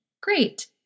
Great